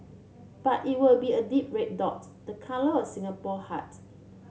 but it will be a deep red dots the colour of Singapore hearts